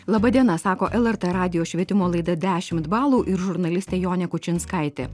laba diena sako lrt radijo švietimo laida dešimt balų ir žurnalistė jonė kučinskaitė